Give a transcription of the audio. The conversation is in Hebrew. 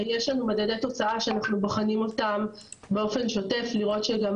יש לנו מדדי תוצאה שאנחנו בוחנים אותם באופן שוטף לראות שגם